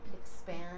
expand